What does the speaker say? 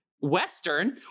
western